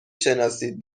شناسید